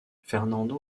fernando